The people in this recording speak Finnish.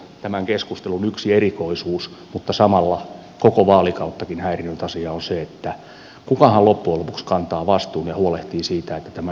tämän keskustelun yksi erikoisuus mutta samalla koko vaalikauttakin häirinnyt asia on että kukahan loppujen lopuksi kantaa vastuun ja huolehtii siitä että tämä esitys menee maaliin